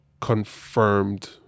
confirmed